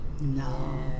No